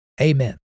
Amen